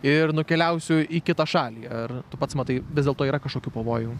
ir nukeliausiu į kitą šalį ar tu pats matai vis dėlto yra kažkokių pavojų